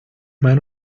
man